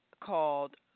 called